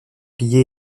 pillés